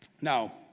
Now